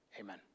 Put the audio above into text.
Amen